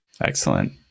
Excellent